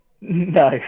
No